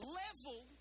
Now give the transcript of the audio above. level